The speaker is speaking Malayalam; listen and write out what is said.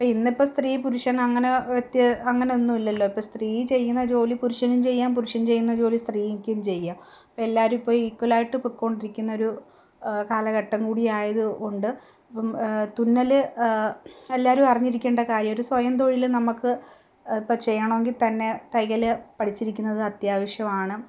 ഇന്നിപ്പം സ്ത്രീ പുരുഷനങ്ങനെ വ്യത്യ അങ്ങനെയൊന്നും ഇല്ലല്ലോ ഇപ്പം സ്ത്രീ ചെയ്യുന്ന ജോലി പുരുഷനും ചെയ്യാം പുരുഷൻ ചെയ്യുന്ന ജോലി സ്ത്രീക്കും ചെയ്യാം എല്ലാവരും ഇപ്പം ഈക്വലായിട്ട് പൊയ്ക്കൊണ്ടിരിക്കുന്ന ഒരു കാലഘട്ടം കൂടി ആയതു കൊണ്ട് തുന്നൽ എല്ലാവരും അറിഞ്ഞിരിക്കേണ്ട കാര്യം ഒരു സ്വയം തൊഴിൽ നമുക്ക് ഇപ്പം ചെയ്യണമെങ്കിൽ തന്നെ തൈയ്യൽ പഠിച്ചിരിക്കുന്നത് അത്യാവശ്യമാണ്